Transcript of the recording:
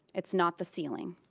it's not the ceiling.